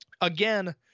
again